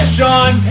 Sean